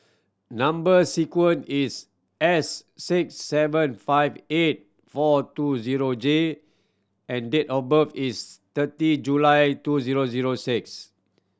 number sequence is S six seven five eight four two zero J and date of birth is thirty July two zero zero six